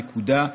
נקודה.